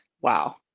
Wow